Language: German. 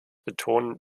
betonen